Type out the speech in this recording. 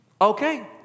okay